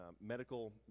medical